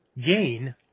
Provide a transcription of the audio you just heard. gain